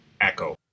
Echo